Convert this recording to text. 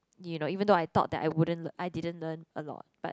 you know even though I thought that I wouldn't I didn't learn a lot but